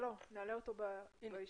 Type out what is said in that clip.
לא שומעים אותו.